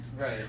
Right